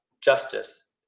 justice